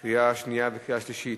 קריאה שנייה וקריאה שלישית,